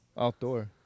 outdoor